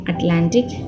Atlantic